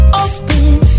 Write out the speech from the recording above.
open